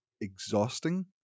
exhausting